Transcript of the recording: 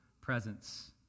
presence